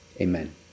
Amen